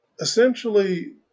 essentially